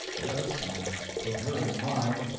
yes, and put her in mine,